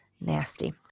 nasty